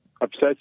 upset